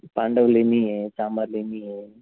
पांडव लेणी आहे चांभार लेणी आहे